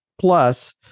Plus